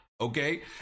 okay